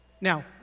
Now